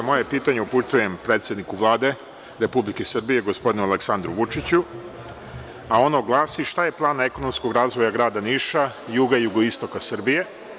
Moje pitanje upućujem predsedniku Vlade Republike Srbije gospodinu Aleksandru Vučiću, a ono glasi – šta je plan ekonomskog razvoja grada Niša, juga i jugoistoka Srbije?